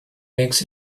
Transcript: makes